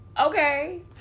Okay